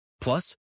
Plus